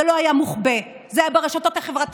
זה לא היה מוחבא, זה היה ברשתות החברתיות,